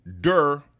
dur